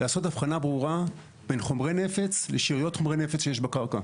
לעשות הבחנה ברורה בין חומרי נפץ לשאריות חומרי נפץ שיש בקרקע.